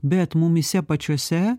bet mumyse pačiuose